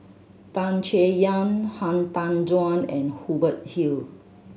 Tan Chay Yan Han Tan Juan and Hubert Hill